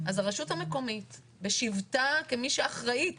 אז, הרשות המקומית בשיבתה כמי שאחראית